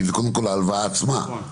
כי זה ההלוואה עצמה.